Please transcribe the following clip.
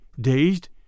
dazed